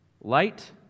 Light